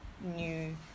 new